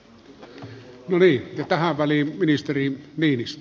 no niin tähän väliin ministeri niinistö